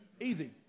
Easy